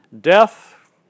death